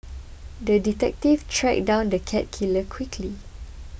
the detective tracked down the cat killer quickly